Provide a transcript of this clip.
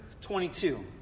22